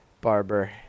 Barber